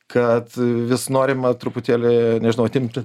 kad vis norima truputėlį nežinau atimti